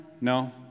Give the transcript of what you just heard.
No